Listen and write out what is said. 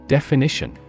Definition